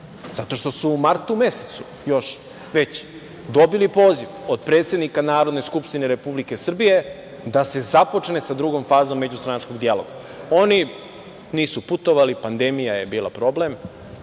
Zato što su u martu mesecu još dobili poziv od predsednika Narodne skupštine Republike Srbije da se započne sa drugom fazom međustranačkog dijaloga. Oni nisu putovali, pandemija je bila problem.